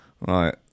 Right